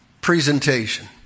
presentation